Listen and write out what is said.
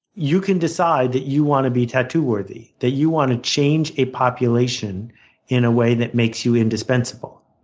you can decide that you want to be tattoo worthy. that you want to change a population in a way that makes you indispensable.